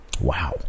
wow